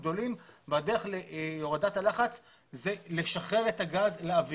והדרך להורדת הלחץ היא לשחרר את הגז לאוויר.